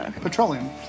Petroleum